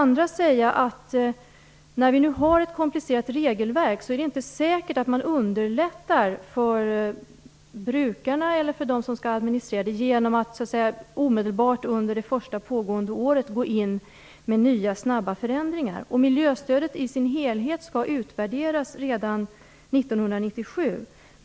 När vi nu har ett komplicerat regelverk är det inte säkert att man underlättar för brukarna eller administratörerna genom att omedelbart under det första pågående året gå in med nya snabba förändringar. Miljöstödet skall i sin helhet utvärderas redan 1997.